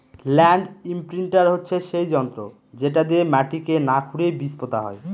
land imprinter হচ্ছে সেই যন্ত্র যেটা দিয়ে মাটিকে না খুরেই বীজ পোতা হয়